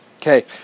Okay